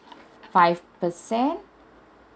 five percent